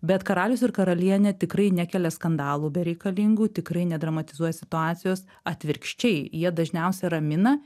bet karalius ir karalienė tikrai nekelia skandalų bereikalingų tikrai nedramatizuoja situacijos atvirkščiai jie dažniausia ramina